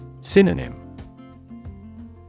Synonym